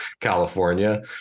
California